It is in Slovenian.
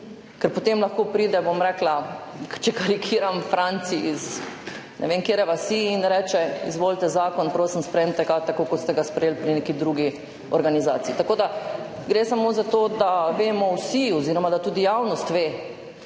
Ker potem lahko pride, bom rekla, če karikiram, Franci iz ne vem katere vasi in reče: »Izvolite zakon, prosim, sprejmite ga, tako, kot ste ga sprejeli pri neki drugi organizaciji.« Tako da, gre samo za to, da vemo vsi oziroma da tudi javnost ve,